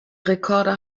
rekorder